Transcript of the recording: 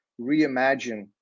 reimagine